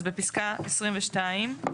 אז בפסקה (22).